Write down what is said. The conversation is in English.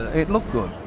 it looked good.